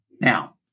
now